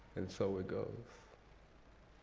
and so it goes